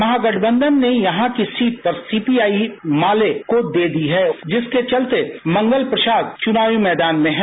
महागठबंधन ने यह seat CPI माले को दे दी है जिसके चलते राजमंगल प्रसाद चुनावी मैदोन में हैं